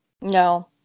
No